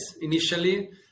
initially